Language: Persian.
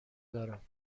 دارم